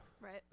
Right